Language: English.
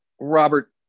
Robert